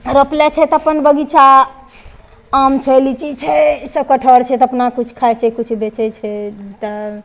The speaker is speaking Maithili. रोपले छै तऽ अपन बगीचा आम छै लीची छै सब कठहर छै तऽ अपना किछु खाइ छै किछु बेचै छै तऽ